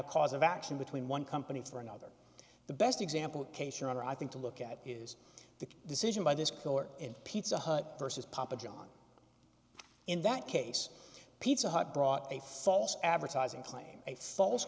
a cause of action between one company for another the best example case your honor i think to look at is the decision by this court in pizza hut versus papa john in that case pizza hut brought a false advertising claim a false